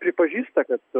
pripažįsta kad